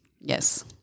Yes